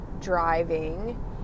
driving